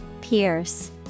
Pierce